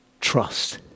trust